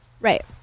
Right